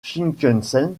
shinkansen